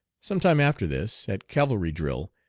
some time after this, at cavalry drill,